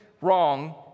wrong